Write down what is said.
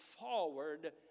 forward